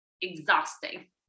exhausting